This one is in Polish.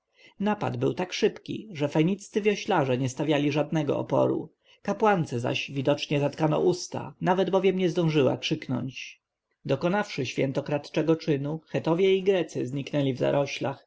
kamę napad był tak szybki że feniccy wioślarze nie stawiali żadnego oporu kapłance zaś widocznie zatkano usta nawet bowiem nie zdążyła krzyknąć dokonawszy świętokradzkiego czynu chetowie i grecy zniknęli w zaroślach